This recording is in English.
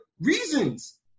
reasons